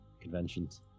conventions